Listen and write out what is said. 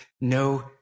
no